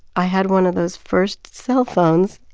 i had one of those first cellphones.